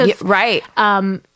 Right